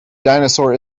dinosaur